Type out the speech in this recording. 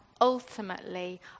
ultimately